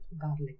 garlic